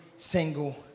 single